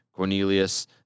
Cornelius